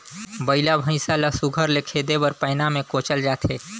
बइला भइसा ल सुग्घर ले खेदे बर पैना मे कोचल जाथे